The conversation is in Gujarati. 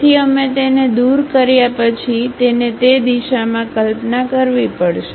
તેથી અમે તેને દૂર કર્યા પછી તેને તે દિશામાં કલ્પના કરવી પડશે